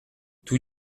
tous